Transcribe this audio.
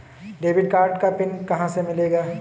Debit card का पिन कहां से मिलेगा?